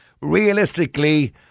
Realistically